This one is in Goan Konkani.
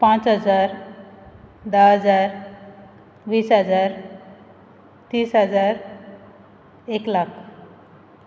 पांच हजार धा हजार वीस हजार तीस हजार एक लाख